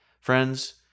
friends